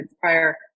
prior